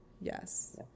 Yes